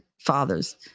fathers